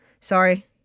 sorry